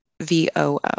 VOO